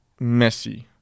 Messi